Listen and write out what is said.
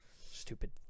Stupid